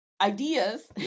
ideas